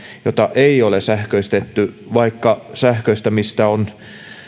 jota ei ole sähköistetty vaikka sähköistämistä on